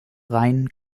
rhein